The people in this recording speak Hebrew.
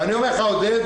ואני אומר לך עודד,